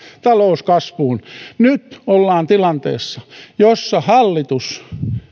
talous kasvuun nyt ollaan tilanteessa jossa hallitus